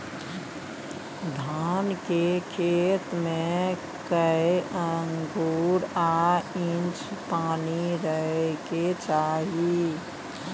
धान के खेत में कैए आंगुर आ इंच पानी रहै के चाही?